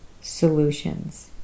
solutions